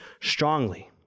strongly